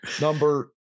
Number